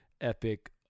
epic